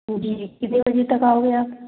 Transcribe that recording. जी कितने बजे तक आओगे आप